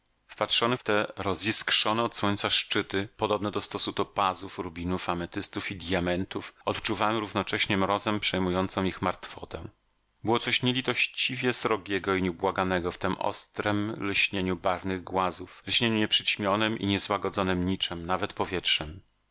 wpatrzony w te roziskrzone od słońca szczyty podobne do stosu topazów rubinów ametystu i djamentów odczuwałem równocześnie mrozem przejmującą ich martwotę było coś nielitościwie srogiego i nieubłaganego w tem ostrem lśnieniu barwnych głazów lśnieniu nieprzyćmionem i niezłagodzonem niczem nawet powietrzem